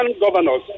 governors